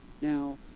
Now